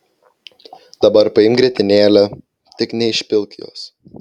dabar paimk grietinėlę tik neišpilk jos